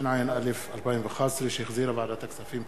התשע"א 2011, שהחזירה ועדת הכספים.